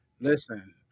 listen